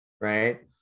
right